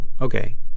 okay